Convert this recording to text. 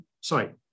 sorry